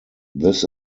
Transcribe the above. this